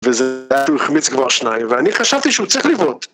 וזה היה כשהוא החמיץ כבר שניים, ואני חשבתי שהוא צריך לבעוט!